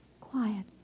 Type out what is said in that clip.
quiet